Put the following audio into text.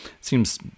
seems